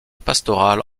pastorales